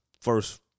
first